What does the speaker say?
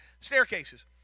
Staircases